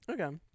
okay